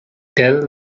dell